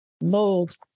mold